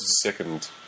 Second